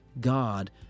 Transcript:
God